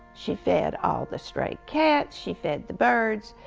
she fed all the stray cats, she fed the birds,